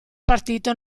partito